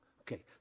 Okay